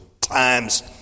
times